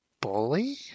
bully